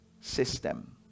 system